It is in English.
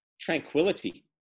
tranquility